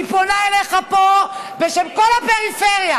אני פונה אליך פה בשם כל הפריפריה: